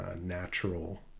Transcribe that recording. natural